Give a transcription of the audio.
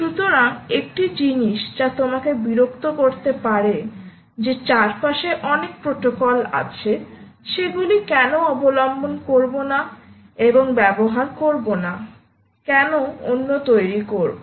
সুতরাং একটি জিনিস যা তোমাকে বিরক্ত করতে পারে যে চারপাশে অনেক প্রোটোকল আছে সেগুলিকে কেন অবলম্বন করব না এবং ব্যবহার করব না কেন অন্য তৈরি করব